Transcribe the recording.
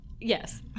Yes